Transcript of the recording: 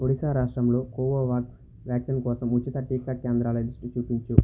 ఒడిస్సా రాష్ట్రంలో Covovax vaccine కోసం ఉచిత టీకా కేంద్రాల లిస్టు చూపించు